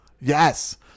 Yes